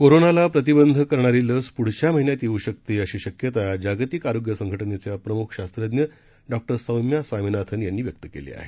कोरोनाला प्रतिबंध करणारी लस प्ढच्या महिन्यात येऊ शकते अशी शक्यता जागतिक आरोग्य संघटनेच्या प्रमुख शास्त्रज्ञ डॉ सौम्या स्वामीनाथन यांनी व्यक्त केली आहे